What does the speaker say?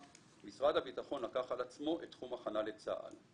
משרד הביטחון לקח עלך עצמו את תחום ההכנה לצה"ל.